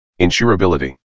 insurability